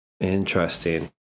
Interesting